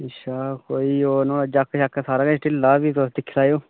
अच्छा कोई होर जाक्क शक्क नोुहाड़ा सारा किश ढिल्ला दिक्खी लैएयो